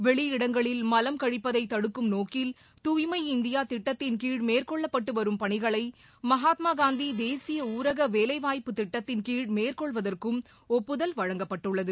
வெளியிடங்களில் மலம் கழிப்பதைதடுக்கும் நோக்கில் தூய்மை இந்தியாதிட்டத்தின்கீழ் மேற்கொள்ளப்பட்டுவரும் பணிகளைமகாத்மாகாந்திதேசியஊரகவேலைவாய்ப்பு திட்டத்தின்கீழ் மேற்கொள்வதற்கும் ஒப்புதல் வழங்கப்பட்டுள்ளது